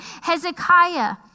Hezekiah